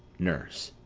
nurse.